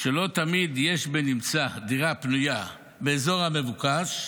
שלא תמיד יש בנמצא דירה פנויה באזור המבוקש,